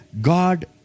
God